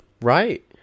Right